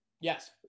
Yes